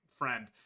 friend